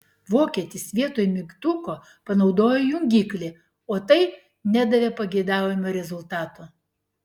vokietis vietoj mygtuko panaudojo jungiklį o tai nedavė pageidaujamo rezultato